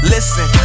Listen